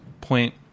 Point